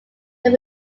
that